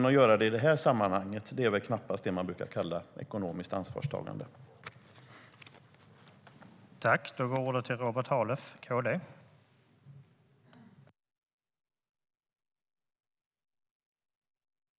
Att göra det i det här sammanhanget vore dock knappast vad man brukar kalla ekonomiskt ansvarstagande.